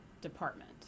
department